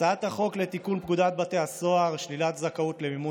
הצעת החוק לתיקון פקודת בתי הסוהר (שלילת זכאות למימון